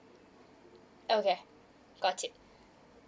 okay got it